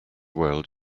world